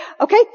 okay